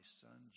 son